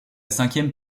cinquième